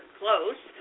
close